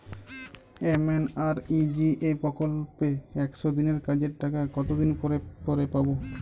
MNREGA প্রকল্পে একশ দিনের কাজের টাকা কতদিন পরে পরে পাব?